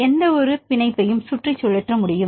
எந்த ஒரு பிணைப்பையும் சுற்றி சுழற்ற முடியும்